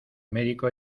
médico